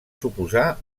suposar